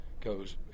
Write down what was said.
goes